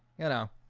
you know